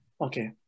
Okay